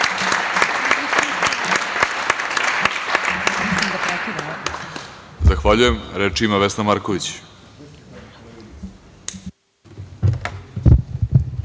Zahvaljujem. Reč ima Vesna Marković.